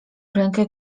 rękę